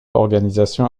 organisation